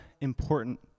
important